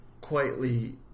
quietly